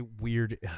weird